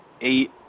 eight